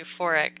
euphoric